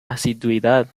asiduidad